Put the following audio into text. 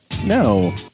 No